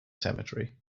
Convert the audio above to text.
cemetery